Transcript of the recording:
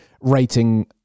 rating